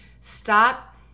Stop